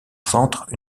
centre